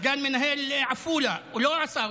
סגן מנהל מעפולה: הוא לא עשה,